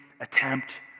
attempt